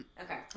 Okay